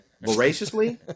Voraciously